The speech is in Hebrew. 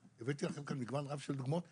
הבאתי לכם כאן מגוון רב של דוגמאות,